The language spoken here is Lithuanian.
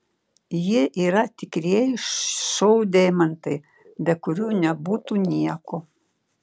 jie yra tikrieji šou deimantai be kurių nebūtų nieko